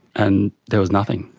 and there was nothing.